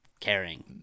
caring